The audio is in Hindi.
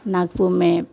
नागपुर में